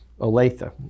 Olathe